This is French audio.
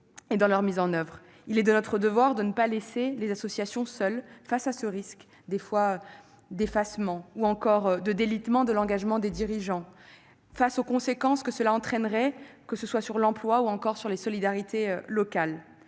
dans leur diversité. Il est de notre devoir de ne pas laisser les associations seules face à ce risque d'effacement et de délitement de l'engagement des dirigeants et aux conséquences que cela entraînerait, que ce soit sur l'emploi ou sur les solidarités locales.